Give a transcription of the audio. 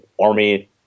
army